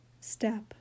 step